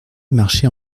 marchait